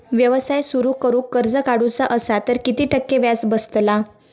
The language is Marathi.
व्यवसाय सुरु करूक कर्ज काढूचा असा तर किती टक्के व्याज बसतला?